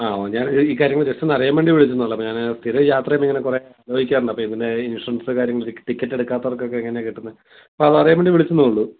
ആ ഞാൻ ഒരു ഈ കാര്യങ്ങൾ ജസ്റ്റ് ഒന്ന് അറിയാൻ വേണ്ടി വിളിച്ചെന്നേ ഉള്ളൂ അപ്പോൾ ഞാൻ സ്ഥിരം യാത്ര ചെയ്യുമ്പം ഇങ്ങനെ കുറേ ചോദിക്കാറുണ്ട് അപ്പം ഇതിൻ്റെ ഇൻഷുറൻസ് കാര്യങ്ങളൊക്കെ കിട്ടി ടിക്കറ്റ് എടുക്കാത്തവർക്കൊക്കെ എങ്ങനെയാണ് കിട്ടുന്നത് അപ്പം അതറിയാൻ വേണ്ടി വിളിച്ചെന്നേയുള്ളൂ